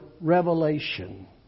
Revelation